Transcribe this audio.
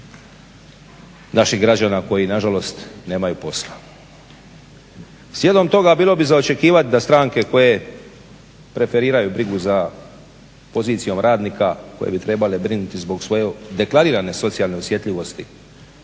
naših građana koji nažalost nemaju posla. Slijedom toga bilo bi za očekivati da stranke koje preferiraju brigu za pozicijom radnika koje bi trebale brinuti zbog svoje deklarirane socijalne osjetljivosti